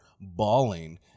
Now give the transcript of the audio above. bawling